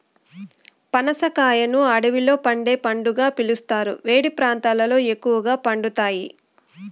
పనస కాయను అడవిలో పండే పండుగా పిలుస్తారు, వేడి ప్రాంతాలలో ఎక్కువగా పండుతాయి